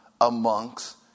amongst